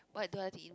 what do I did